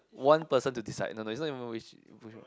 one person to decide no no it's even which